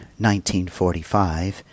1945